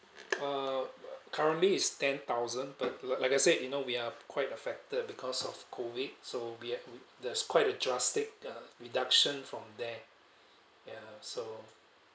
err currently is ten thousand but like like I said you know we are quite affected because of COVID so we ha~ there's quite a drastic uh reduction from there ya so